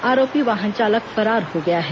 आरोपी वाहन चालक फरार हो गया है